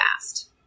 fast